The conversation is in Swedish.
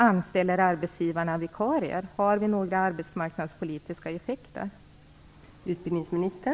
Anställer arbetsgivarna vikarier? Har det några arbetsmarknadspolitiska effekter?